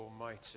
Almighty